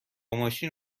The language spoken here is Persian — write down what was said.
ماشین